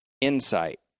insight